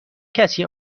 کسی